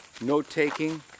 note-taking